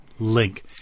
Link